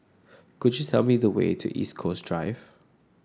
could you tell me the way to East Coast Drive